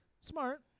Smart